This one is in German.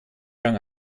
lang